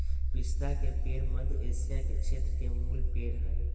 पिस्ता के पेड़ मध्य एशिया के क्षेत्र के मूल पेड़ हइ